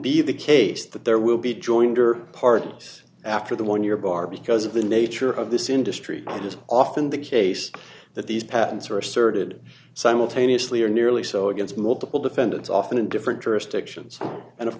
be the case that there will be joined or parties after the one year bar because of the nature of this industry it is often the case that these patents are asserted simultaneously or nearly so against multiple defendants often in different jurisdictions and of